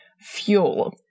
fuel